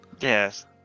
yes